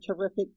terrific